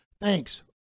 Thanks